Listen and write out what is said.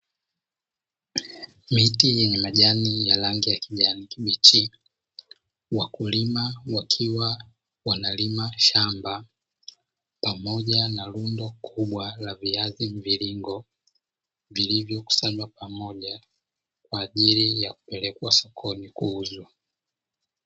Miti yenye majani ya rangi ya kijani kibichi, wakulima wakiwa wanalima shamba pamoja na rundo kubwa la viazi mviringo vilivyokusanywa pamoja, kwa ajili ya kupelekwa sokoni kuuzwa.